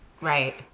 Right